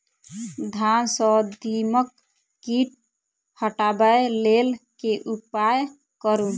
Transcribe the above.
धान सँ दीमक कीट हटाबै लेल केँ उपाय करु?